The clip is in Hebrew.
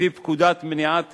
לפי פקודת מניעת טרור,